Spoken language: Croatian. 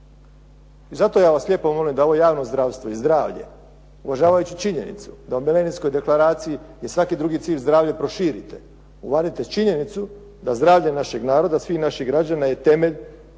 Zato ja vas lijepo molim da ovo javno zdravstvo i zdravlje, uvažavajući činjenicu da u Milenijskoj deklaraciji je svaki drugi cilj zdravlje, proširite, uvažite činjenicu da zdravlje našeg naroda, svih naših građana je temelj